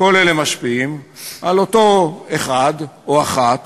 כל אלה משפיעים על אותו אחד או אחת,